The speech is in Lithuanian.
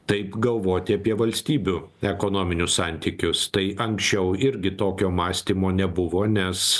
taip galvoti apie valstybių ekonominius santykius tai anksčiau irgi tokio mąstymo nebuvo nes